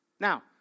Now